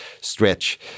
stretch